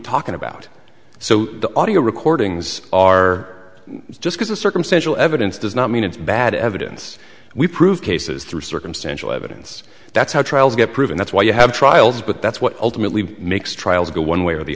talking about so the audio recordings are just as a circumstantial evidence does not mean it's bad evidence we prove cases through circumstantial evidence that's how trials get proven that's why you have trials but that's what ultimately makes trials go one way or the